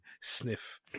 sniff